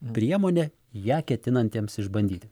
priemonę ją ketinantiems išbandyti